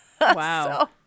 Wow